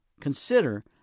Consider